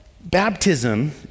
Baptism